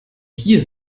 hier